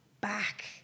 back